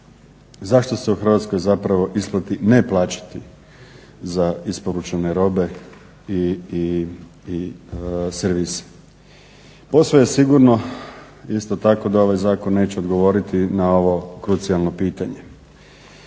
zašto se u Hrvatskoj zapravo isplati ne plaćati za isporučene robe i servis. Posve je sigurno isto tako da ovaj zakon neće odgovoriti na ovo krucijalno pitanje.